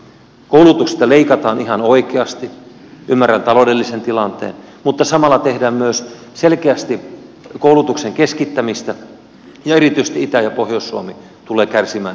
koulutuksesta leikataan ihan oikeasti ymmärrän taloudellisen tilanteen mutta samalla tehdään myös selkeästi koulutuksen keskittämistä ja erityisesti itä ja pohjois suomi tulevat kärsimään siinä